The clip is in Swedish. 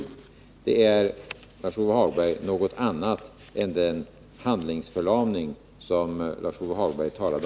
Det är, 30 oktober 1981 Lars-Ove Hagberg, något annat än den handlingsförlamning som ni talade